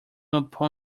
upon